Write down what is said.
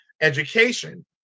education